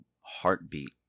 heartbeat